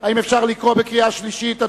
האם אפשר להצביע בקריאה שלישית?